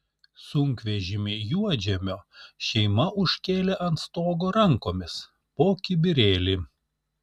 sunkvežimį juodžemio šeima užkėlė ant stogo rankomis po kibirėlį